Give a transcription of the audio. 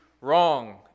wrong